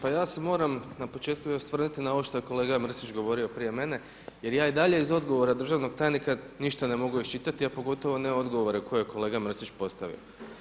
Pa ja se moram na početku i osvrnuti na ovo što je kolega Mrsić govorio prije mene jer ja i dalje iz odgovora državnog tajnika ništa ne mogu iščitati a pogotovo ne odgovore koje je kolega Mrsić postavio.